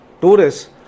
tourists